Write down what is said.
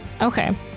Okay